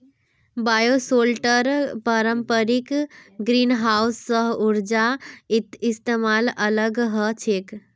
bioshelter पारंपरिक greenhouse स ऊर्जार इस्तमालत अलग ह छेक